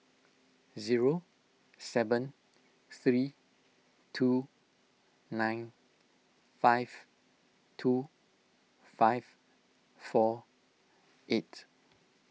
zero seven three two nine five two five four eight